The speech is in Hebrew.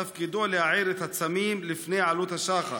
תפקידו להעיר את הצמים לפני עלות השחר.